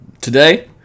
Today